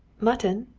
mutton?